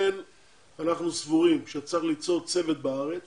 לכן אנחנו סבורים שצריך ליצור צוות בארץ